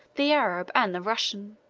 the arab and the russian.